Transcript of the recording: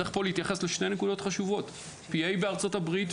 צריך להתייחס לשתי נקודות חשובות: P.A בארצות-הברית,